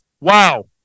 Wow